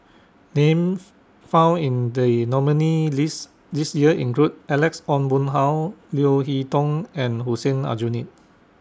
Names found in The nominees' list This Year include Alex Ong Boon Hau Leo Hee Tong and Hussein Aljunied